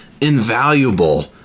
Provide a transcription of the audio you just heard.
invaluable